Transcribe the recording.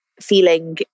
feeling